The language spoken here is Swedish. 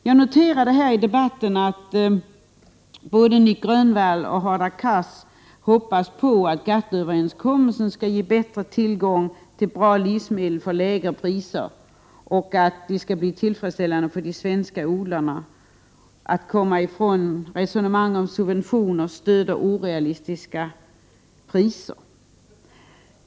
Jag noterade i debatten att både Nic Grönvall och Hadar Cars hoppas på att GATT-överenskommelsen skall ge bättre tillgång till bra livsmedel till lägre priser och att det skall bli tillfredsställande för de svenska odlarna att komma ifrån resonemanget om subventioner, stöd och orealistiska priser.